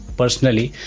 personally